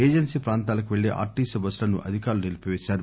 agency ప్రాంతాలకు పెళ్లే RTC బస్సులను అధికారులు నిలిపిపేశారు